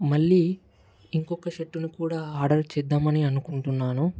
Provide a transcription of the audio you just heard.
మళ్ళీ ఇంకొక షట్టుని కూడా ఆర్డర్ చేద్దామని అనుకుంటున్నాను